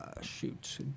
shoot